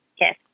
Yes